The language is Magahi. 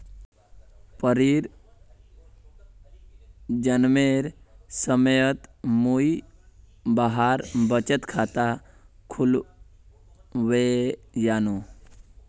परीर जन्मेर समयत मुई वहार बचत खाता खुलवैयानु